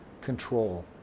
control